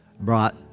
brought